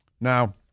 Now